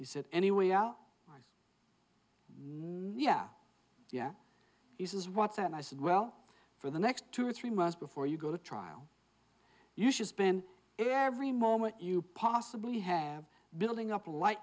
said any way out yeah yeah he says what's and i said well for the next two or three months before you go to trial you should spend every moment you possibly have building up